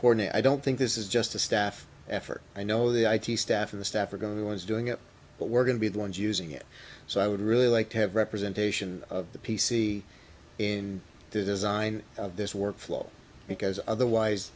cornyn i don't think this is just a staff effort i know the i t staff and the staff are going to be ones doing it but we're going to be the ones using it so i would really like to have representation of the p c and design of this workflow because otherwise